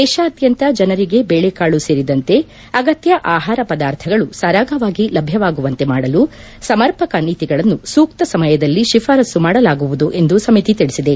ದೇಶಾದ್ಯಂತ ಜನರಿಗೆ ಬೇಳೆಕಾಳು ಸೇರಿದಂತೆ ಅಗತ್ಯ ಆಹಾರ ಪದಾರ್ಥಗಳು ಸರಾಗವಾಗಿ ಲಭ್ಯವಾಗುವಂತೆ ಮಾಡಲು ಸಮರ್ಪಕ ನೀತಿಗಳನ್ನು ಸೂಕ್ತ ಸಮಯದಲ್ಲಿ ಶಿಫಾರಸು ಮಾದಲಾಗುವುದು ಎಂದು ಸಮಿತಿ ತಿಳಿಸಿದೆ